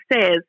says